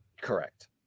Correct